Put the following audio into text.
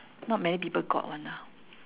not many people got [one] ah